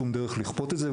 שום דרך לכפות את זה,